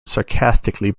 sarcastically